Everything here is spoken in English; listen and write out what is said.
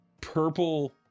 purple